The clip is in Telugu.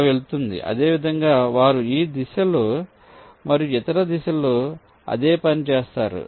ఇలా వెళ్తుంది అదేవిధంగా వారు ఈ దిశలో మరియు ఇతర దిశలో అదే పని చేస్తారు